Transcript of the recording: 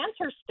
answer